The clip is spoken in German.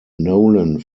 nolan